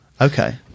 Okay